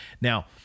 Now